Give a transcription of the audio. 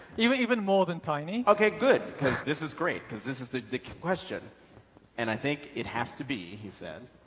even even more than tiny. okay, good because this is great because this is the question and i think it has to be, he said,